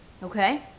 Okay